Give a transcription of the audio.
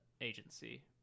agency